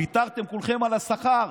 ויתרתם כולכם על השכר,